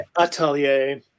Atelier